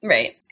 Right